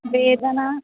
वेतनम्